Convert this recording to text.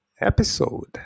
episode